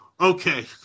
Okay